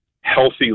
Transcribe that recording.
healthy